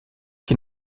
qui